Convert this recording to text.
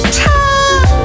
time